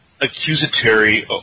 accusatory